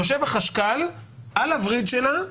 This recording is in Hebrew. יושב החשכ"ל על הווריד שלה.